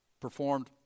performed